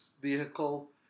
vehicle